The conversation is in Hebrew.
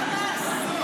--- אתה חבר של חמאס.